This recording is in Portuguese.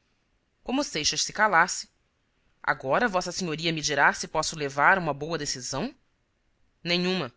sonante como seixas se calasse agora v s a me dirá se posso levar uma boa decisão nenhuma